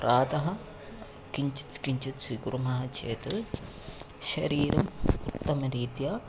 प्रातः किञ्चित् किञ्चित् स्वीकुर्मः चेत् शरीरम् उत्तमरीत्या